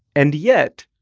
and yet,